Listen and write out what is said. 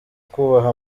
kubaha